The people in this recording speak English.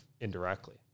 indirectly